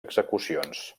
execucions